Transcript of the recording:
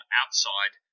outside